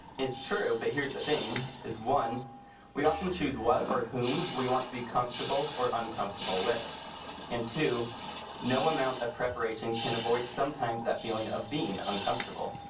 it's true. but here's the thing is one we often choose what or whom we want to be comfortable or uncomfortable with into no amount of preparation can avoid sometimes that feeling of being uncomfortable.